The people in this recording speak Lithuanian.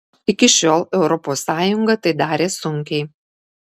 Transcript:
iki šiol europos sąjunga tai darė sunkiai